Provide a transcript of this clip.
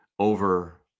Over